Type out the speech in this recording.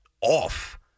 off